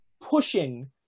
pushing